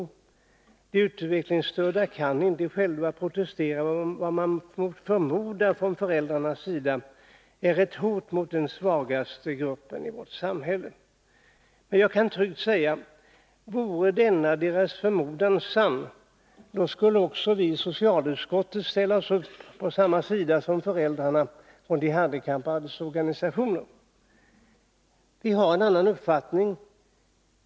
De utvecklingsstörda kan inte själva protestera mot vad man från föräldrarnas sida förmodar vara ett hot mot den svagaste gruppen i vårt samhälle. Jag kan tryggt säga: Vore denna deras förmodan sann, då skulle också vi i socialutskottet ställa oss på samma sida som föräldrarna och de handikappades organisationer. Men vi har en annan uppfattning.